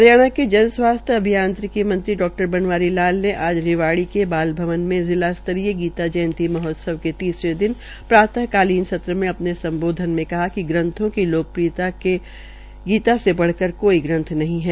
हरियाणा के जनस्वास्थ्य अभियांत्रिकी मंत्री डा बनवारी लाल ने आज रिवाड़ी के बालभवन में जिला स्तरीय गीता जयंती महोत्सव के तीसरे दिन प्रात कालीन सत्र मे अपने सम्बोधन में कहा कि ग्रंथो लोकप्रियता मे गीता से बढ़कर कोई ग्रंथ नहीं है